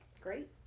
Great